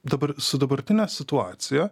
dabar su dabartine situacija